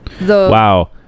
Wow